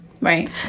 Right